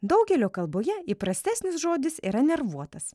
daugelio kalboje įprastesnis žodis yra nervuotas